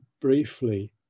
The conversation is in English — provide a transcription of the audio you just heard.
briefly